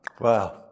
Wow